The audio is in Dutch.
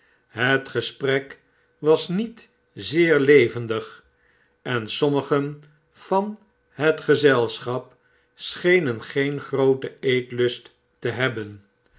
het gesprek was niet zeer levendig en sommigen van het gezelchap schenen geen grooten eetlust te hebben